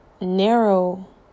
narrow